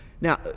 Now